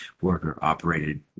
worker-operated